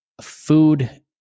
food